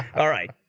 alright